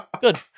Good